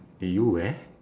do you wear